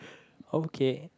okay